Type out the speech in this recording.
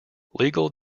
legal